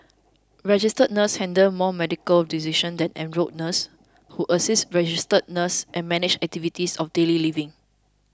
registered nurses handle more medical decision than enrolled nurses who assist registered nurses and manage activities of daily living